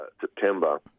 September